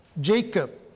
Jacob